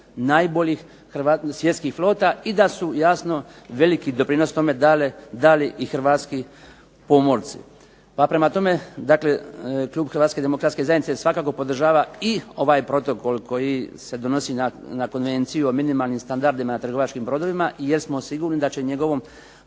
najboljih svjetskih flota i da su jasno veliki doprinos tome dali i hrvatski pomorci. Pa prema tome, dakle klub Hrvatske demokratske zajednice svakako podržava i ovaj protokol koji se donosi na Konvenciju o minimalnim standardima trgovačkim brodovima jer smo sigurni da će njegovom